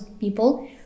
people